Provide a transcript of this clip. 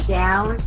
down